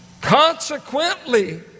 Consequently